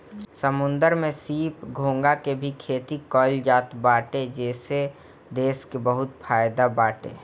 समुंदर में सीप, घोंघा के भी खेती कईल जात बावे एसे देश के बहुते फायदा बाटे